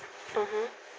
(uh huh)